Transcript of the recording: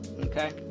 okay